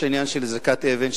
יש עניין של זריקת אבן,